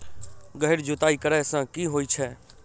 गहिर जुताई करैय सँ की होइ छै?